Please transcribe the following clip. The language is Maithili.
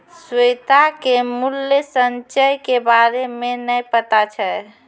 श्वेता के मूल्य संचय के बारे मे नै पता छै